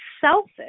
selfish